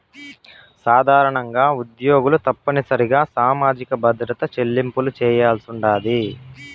సాధారణంగా ఉద్యోగులు తప్పనిసరిగా సామాజిక భద్రత చెల్లింపులు చేయాల్సుండాది